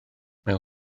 mewn